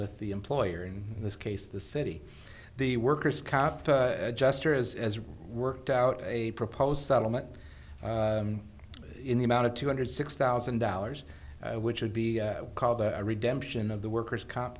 with the employer in this case the city the workers kept juster is as worked out a proposed settlement in the amount of two hundred six thousand dollars which would be called the redemption of the worker's comp